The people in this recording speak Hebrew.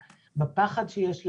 בפחד שיש להן.